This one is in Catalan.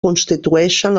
constituïxen